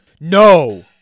No